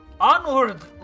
Onward